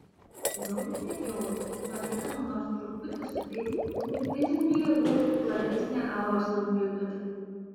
daug bėgiojau norėdama nors truputį suteikti kūnui fizinių jėgų ir platesnę auros amplitudę